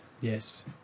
Yes